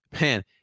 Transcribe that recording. Man